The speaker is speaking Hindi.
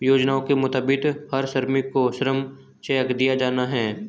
योजना के मुताबिक हर श्रमिक को श्रम चेक दिया जाना हैं